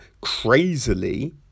crazily